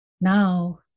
Now